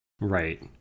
Right